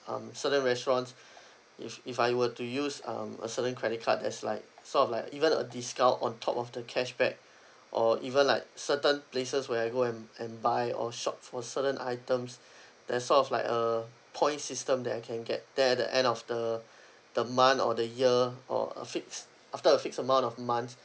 um certain restaurants if if I were to use um a certain credit card there's like sort of like even a discount on top of the cashback or even like certain places where I go and and buy or shop for certain items there's sort of like a point system that I can get then at the end of the the month or the year or a fixed after a fixed amount of month